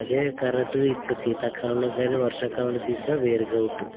అదే కరెంటు ఇప్పుడు శీతాకాలంలో కానీ వర్షాకాలంలో తీసిన వేరుగా ఉంటుంది